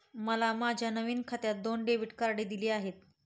मला माझ्या नवीन खात्यात दोन डेबिट कार्डे दिली आहेत